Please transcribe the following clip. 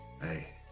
Hey